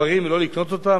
ספרים ולא לקנות אותם.